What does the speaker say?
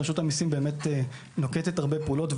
רשות המיסים נוקטת הרבה פעולות,